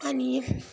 अनि